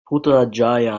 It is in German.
putrajaya